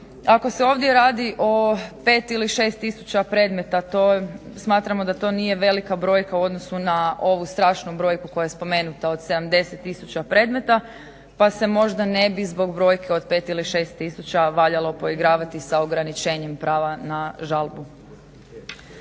Ako se ovdje radi o 5 ili 6 tisuća predmeta smatramo da to nije velika brojka u odnosu na ovu strašnu brojku koja je spomenuta od 70 tisuća predmeta pa se možda ne bi zbog brojke od 5 ili 6 tisuća valjalo poigravati sa ograničenjem prava na žalbu.